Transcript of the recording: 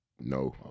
No